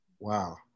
wow